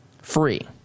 Free